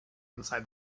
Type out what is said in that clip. inside